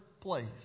place